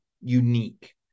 unique